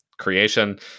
creation